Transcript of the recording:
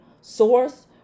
source